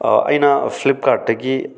ꯑꯩꯅ ꯐ꯭ꯂꯤꯞ ꯀꯥꯔꯠꯇꯒꯤ